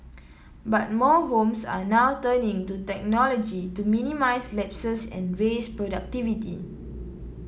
but more homes are now turning to technology to minimise lapses and raise productivity